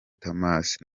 thomas